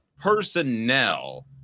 personnel